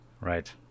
right